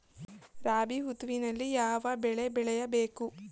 ರಾಬಿ ಋತುವಿನಲ್ಲಿ ಯಾವ ಬೆಳೆ ಬೆಳೆಯ ಬೇಕು?